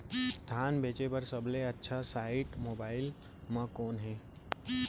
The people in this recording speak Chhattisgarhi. धान बेचे बर सबले अच्छा साइट मोबाइल म कोन हे?